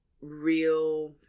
real